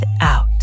out